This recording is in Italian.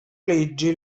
leggi